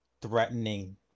threatening